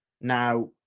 Now